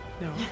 No